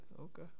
okay